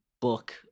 book